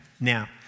Now